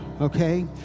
okay